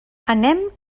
anem